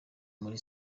muri